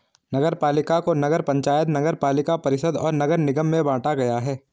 नगरपालिका को नगर पंचायत, नगरपालिका परिषद और नगर निगम में बांटा गया है